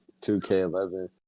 2K11